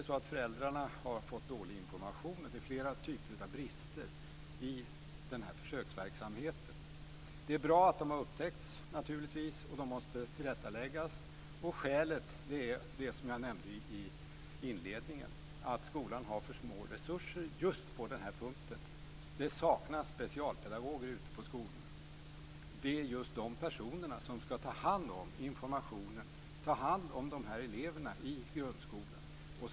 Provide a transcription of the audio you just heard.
Dels har föräldrar fått dålig information. Det är flera typer av brister i försöksverksamheten. Det är naturligtvis bra att de har upptäckts, och de måste tillrättaläggas. Skälet är, som jag nämnde i inledningen, att skolan har för små resurser just på den här punkten. Det saknas specialpedagoger ute på skolorna. Det är just de personerna som ska ta hand om informationen, ta hand om de här eleverna i grundskolan.